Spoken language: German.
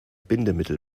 bindemittel